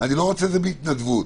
רוצה את זה בהתנדבות.